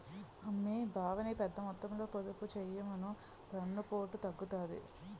అమ్మీ బావని పెద్దమొత్తంలో పొదుపు చెయ్యమను పన్నుపోటు తగ్గుతాది